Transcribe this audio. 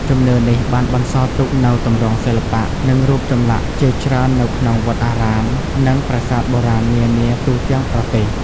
ជំនឿនេះបានបន្សល់ទុកនូវទម្រង់សិល្បៈ និងរូបចម្លាក់ជាច្រើននៅក្នុងវត្តអារាម និងប្រាសាទបុរាណនានាទូទាំងប្រទេស។